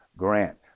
grant